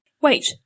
wait